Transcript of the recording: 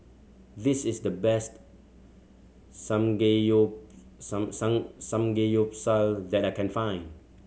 this is the best Samgeyopsal that I can find